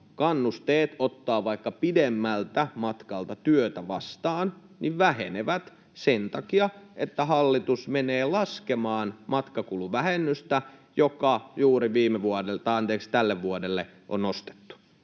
kannusteet ottaa vaikka pitemmältä matkalta työtä vastaan vähenevät sen takia, että hallitus menee laskemaan matkakuluvähennystä, joka juuri tälle vuodelle on nostettu.